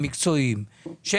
אם